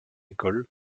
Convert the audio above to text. école